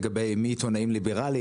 לגבי מי עיתונאים ליברליים,